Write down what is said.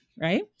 right